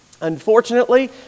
Unfortunately